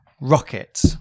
rocket